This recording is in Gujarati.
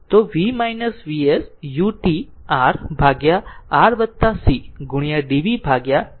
તો v Vs utR ભાગ્યા R c ગુણ્યા dvdt 0